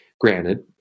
granted